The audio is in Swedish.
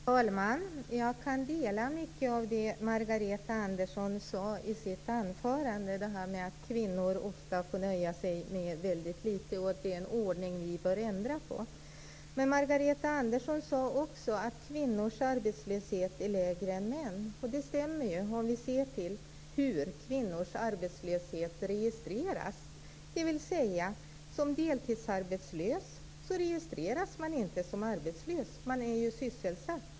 Herr talman! Jag kan dela uppfattningen om mycket av det Margareta Andersson sade i sitt anförande, t.ex. att kvinnor ofta får nöja sig med väldigt litet och att det är en ordning vi bör ändra på. Men Margareta Andersson sade också att kvinnors arbetslöshet är lägre än mäns. Det stämmer ju, om vi ser till hur kvinnors arbetslöshet registreras, dvs. att man som deltidsarbetslös inte registreras som arbetslös. Man är ju sysselsatt.